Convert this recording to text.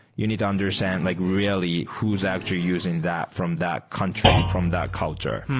you need to understand like really who's actually using that from that country from that culture.